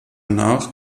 nach